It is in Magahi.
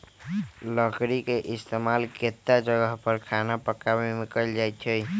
लकरी के इस्तेमाल केतता जगह पर खाना पकावे मे कएल जाई छई